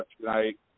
tonight